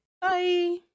Bye